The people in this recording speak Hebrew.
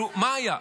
מה היה?